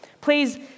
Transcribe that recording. Please